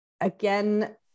again